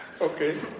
okay